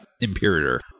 Imperator